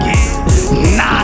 Nah